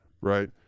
right